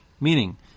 Meaning